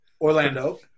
Orlando